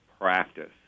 practice